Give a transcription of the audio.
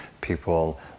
people